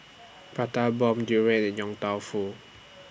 Prata Bomb Durian and Yong Tau Foo